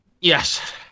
Yes